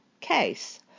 case